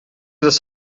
das